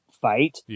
fight